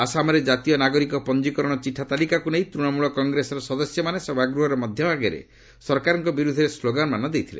ଆସାମରେ କାତୀୟ ନାଗରିକ ପଞ୍ଜିକରଣ ଚିଠା ତାଲିକାକ୍ ନେଇ ତୃଶମ୍ବଳ କଂଗ୍ରେସର ସଦସ୍ୟମାନେ ସଭାଗୃହର ମଧ୍ୟଭାଗରେ ସରକାରଙ୍କ ବିରୁଦ୍ଧରେ ସ୍କୋଗାନମାନ ଦେଇଥିଲେ